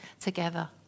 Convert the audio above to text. together